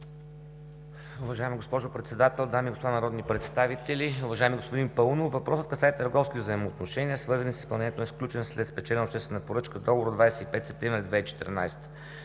Уважаема госпожо Председател, дами и господа народни представители! Уважаеми господин Паунов, въпросът касае търговски взаимоотношения, свързани с изпълнението на сключен след спечелена обществена поръчка договор от 25 септември 2014